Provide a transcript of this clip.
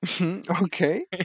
Okay